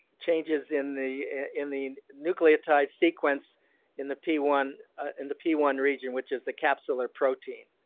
changes in the in the nucleotide sequence in the p one in the p one region, which is the capsular protein.